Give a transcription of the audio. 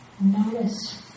Notice